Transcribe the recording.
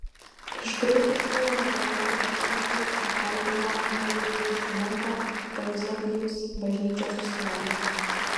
iš graikiškojo varianto lietuviškai prakalbino naująjį testamentą euzebijaus bažnyčios istoriją